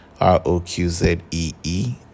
r-o-q-z-e-e